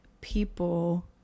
people